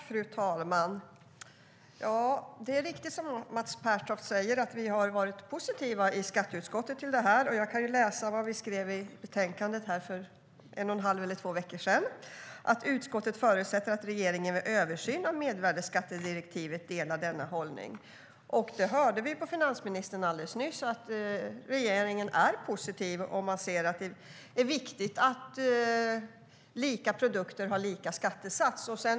Fru talman! Det är riktigt som Mats Pertoft säger att vi har varit positiva till det här i skatteutskottet. Jag kan läsa vad vi skrev i betänkandet för några veckor sedan: "Utskottet förutsätter att regeringen vid översynen av mervärdesskattedirektivet delar denna hållning." Vi hörde av finansministern alldeles nyss att regeringen är positiv och att man ser att det är viktigt att lika produkter har lika skattesats.